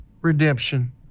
redemption